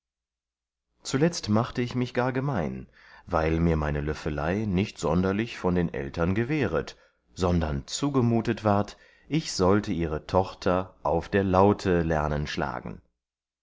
zuletzt machte ich mich gar gemein weil mir meine löffelei nicht sonderlich von den eltern gewehret sondern zugemutet ward ich sollte ihre tochter auf der laute lernen schlagen